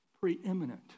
preeminent